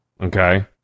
okay